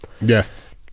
Yes